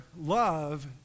love